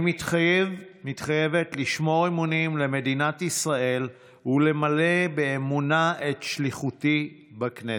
מתחייבת לשמור אמונים למדינת ישראל ולמלא באמונה את שליחותי בכנסת.